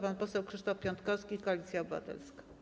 Pan poseł Krzysztof Piątkowski, Koalicja Obywatelska.